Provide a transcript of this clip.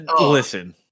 listen